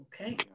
Okay